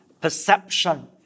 perception